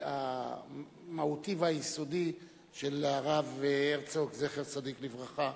המהותי והיסודי של הרב הרצוג, זכר צדיק לברכה,